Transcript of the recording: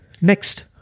Next